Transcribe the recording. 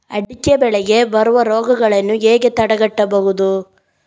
ಅಡಿಕೆ ಬೆಳೆಗೆ ಬರುವ ರೋಗಗಳನ್ನು ಹೇಗೆ ತಡೆಗಟ್ಟಬಹುದು?